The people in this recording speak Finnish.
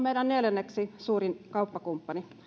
meidän neljänneksi suurin kauppakumppanimme